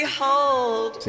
Behold